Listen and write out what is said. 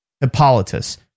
hippolytus